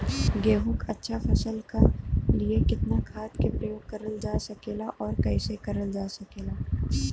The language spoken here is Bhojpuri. गेहूँक अच्छा फसल क लिए कितना खाद के प्रयोग करल जा सकेला और कैसे करल जा सकेला?